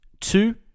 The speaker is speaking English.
Two